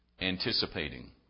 anticipating